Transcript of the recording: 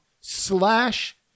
slash